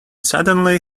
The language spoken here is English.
suddenly